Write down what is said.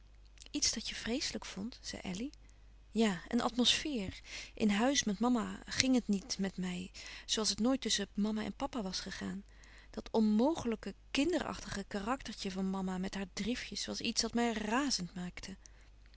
iets dat je vreeselijk vondt zei elly ja een atmosfeer in huis met mama ging het niet met mij zoo als het nooit tusschen mama en papa was gegaan dat onmogelijke kinderachtige karaktertje van mama met haar driftjes was iets dat mij razend maakte